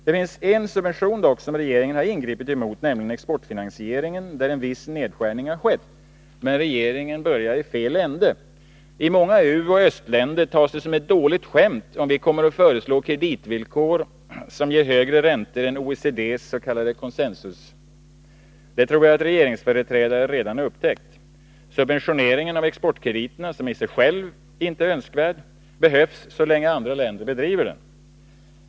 Det finns en subvention som regeringen ingripit mot, nämligen exportfinansieringen, där en viss nedskärning har skett. Men regeringen börjar i fel ände. I många u-länder och östländer tas det som ett dåligt skämt om vi föreslår kreditvillkor som ger högre räntor än OECD:s s.k. consensusvillkor. Det tror jag att regeringsföreträdare redan har upptäckt. Subventioneringen av exportkrediterna, som i sig själv inte är önskvärd, behövs så länge andra länder har den kvar.